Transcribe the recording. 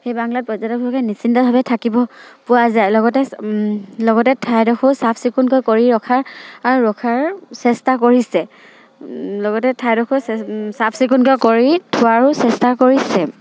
সেই বাংলাত পৰ্যটকে নিচিন্তভাৱে থাকিব পোৱা যায় লগতে লগতে ঠাইডোখৰো চাফ চিকুণকৈ কৰি ৰখাৰ ৰখাৰ চেষ্টা কৰিছে লগতে ঠাইডোখৰো চাফ চিকুণকৈ কৰি থোৱাৰো চেষ্টা কৰিছে